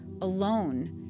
alone